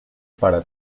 para